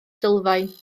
sylfaen